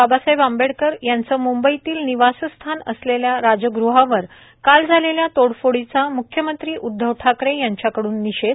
बाबासाहेब आंबेडकर यांचं मंंबईतील निवासस्थान असलेल्या राजगृहावर काल झालेल्या तोडफोडीचा मुख्यमंत्री उद्धव ठाकरे यांच्याकडून निषेध